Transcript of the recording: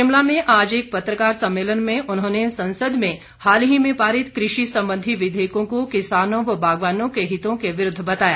शिमला में आज एक पत्रकार सम्मेलन में उन्होंने संसद में हाल ही में पारित कृषि संबंधी विधेयकों को किसानों व बागवानों के हितों के विरूद्व बताया